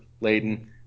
laden